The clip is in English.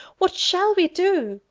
what shall we do?